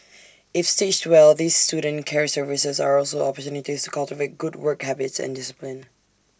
if stitched well these student care services are also opportunities to cultivate good work habits and discipline